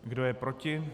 Kdo je proti?